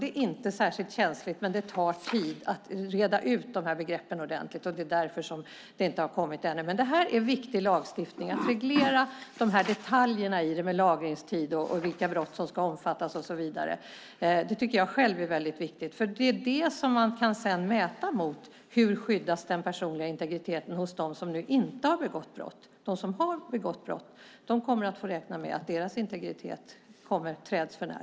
Det är inte särskilt känsligt, men det tar tid att reda ut begreppen ordentligt. Det är därför det inte har kommit ännu. Detta är viktig lagstiftning - att reglera detaljerna i det hela med lagringstid, vilka brott som ska omfattas och så vidare. Det tycker jag själv är viktigt. Det är det man sedan kan mäta mot när det gäller hur den personliga integriteten skyddas hos dem som inte har begått brott. De som har begått brott kommer att få räkna med att deras integritet träds förnär.